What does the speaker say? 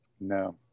No